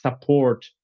support